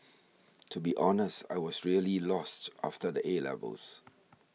to be honest I was really lost after the 'A' levels